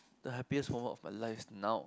the happiest moment of your life now